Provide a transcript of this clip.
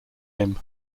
him